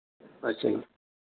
ਅੱਛਾ ਜੀ